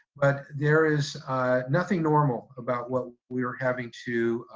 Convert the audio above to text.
but there is nothing normal about what we are having to